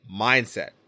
Mindset